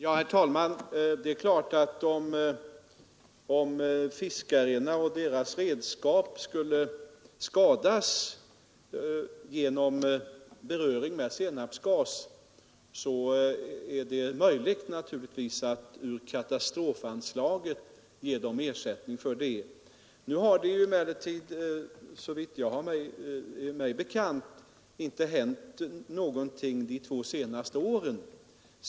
Tisdagen den Herr talman! Om fiskarna och deras redskap skulle skadas: vid 6 februari 1973 beröring med senapsgas, så är det naturligtvis möjligt att utge ersättning — tr katastrofanslaget. Såvitt jag har mig bekant har det emellertid inte hänt någonting de två senaste åren.